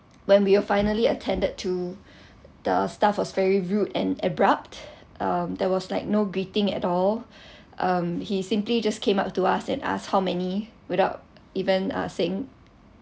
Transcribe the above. when we were finally attended to the staff was very rude and abrupt um there was like no greeting at all um he simply just came up to us and ask how many without even uh saying